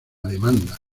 demanda